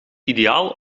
ideaal